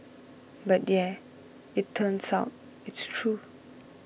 but yeah it turns out it's true